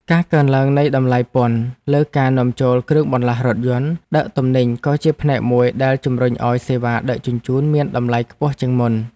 ការកើនឡើងនៃតម្លៃពន្ធលើការនាំចូលគ្រឿងបន្លាស់រថយន្តដឹកទំនិញក៏ជាផ្នែកមួយដែលជម្រុញឱ្យសេវាដឹកជញ្ជូនមានតម្លៃខ្ពស់ជាងមុន។